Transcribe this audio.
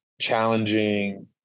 challenging